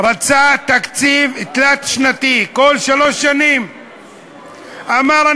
רבותי חברי הכנסת, מי